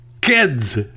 kids